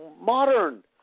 modern